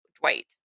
dwight